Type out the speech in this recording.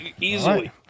Easily